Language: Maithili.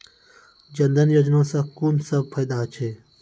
जनधन योजना सॅ कून सब फायदा छै?